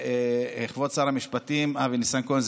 כבוד שר המשפטים אבי ניסנקורן,